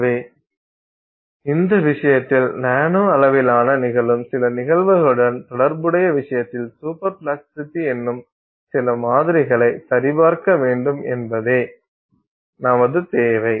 எனவே இந்த விஷயத்தில் நானோ அளவிலான நிகழும் சில நிகழ்வுகளுடன் தொடர்புடைய விஷயத்தில் சூப்பர் பிளாஸ்டிசிட்டி என்று சில மாதிரிகளை சரிபார்க்க வேண்டும் என்பதே நமது தேவை